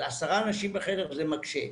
זה עשרה אנשים בחדר וזה מקשה.